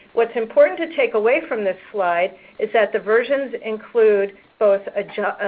what's important to take away from this slide is that the versions include both ah